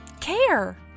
care